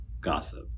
gossip